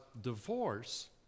divorce